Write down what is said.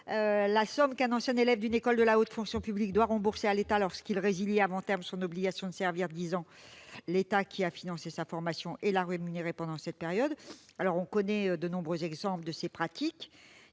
la somme qu'un ancien élève d'une école de la haute fonction publique doit rembourser, lorsqu'il résilie avant terme son obligation de servir dix ans l'État qui a financé sa formation et l'a rémunéré pendant cette période. On connaît de nombreux exemples de ces pratiques